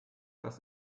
das